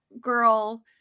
girl